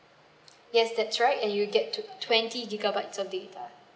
yes that's right and you get to twenty gigabytes of data